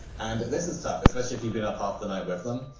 and this is tough especially if you've been up half the night with them.